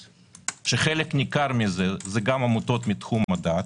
שחלק ניכר מזה זה גם עמותות מתחום הדת,